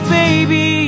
baby